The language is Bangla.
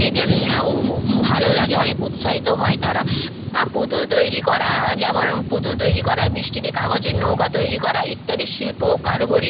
এক ভালো লাগে অনেক উৎসাহিত হয় তারা পুতুল তৈরি করা যেমন পুতুল তৈরি করা বৃষ্টিতে কাগজের নৌকা তৈরি করা ইত্যাদি শিল্প ও কারুগরি